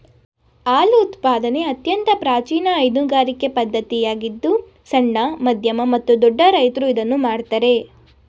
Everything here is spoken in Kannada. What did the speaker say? ಹಾಲು ಉತ್ಪಾದನೆ ಅತ್ಯಂತ ಪ್ರಾಚೀನ ಹೈನುಗಾರಿಕೆ ಪದ್ಧತಿಯಾಗಿದ್ದು ಸಣ್ಣ, ಮಧ್ಯಮ ಮತ್ತು ದೊಡ್ಡ ರೈತ್ರು ಇದನ್ನು ಮಾಡ್ತರೆ